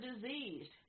diseased